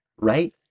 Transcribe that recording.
right